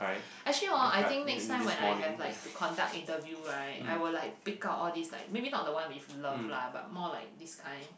actually hor I think next time when I have like to conduct interview right I will like pick out all these like maybe not the one with love lah but more like this kind